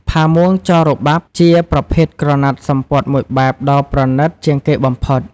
ផាមួងចរបាប់ ជាប្រភេទក្រណាត់សំពត់មួយបែបដ៏ប្រណីតជាងគេបំផុត។